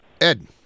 Ed